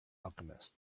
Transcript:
alchemist